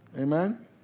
amen